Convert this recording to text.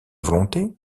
volonté